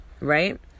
right